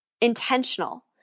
intentional